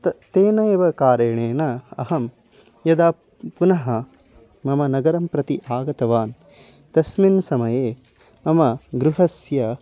त तेनैव कारणेन अहं यदा पुनः मम नगरं प्रति आगतवान् तस्मिन् समये मम गृहस्य